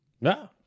no